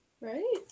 Right